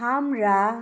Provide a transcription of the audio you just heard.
हाम्रा